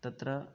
तत्र